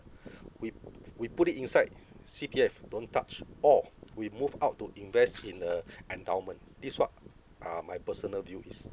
we p~ we put it inside C_P_F don't touch or we move out to invest in the endowment this is what uh my personal view is